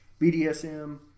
BDSM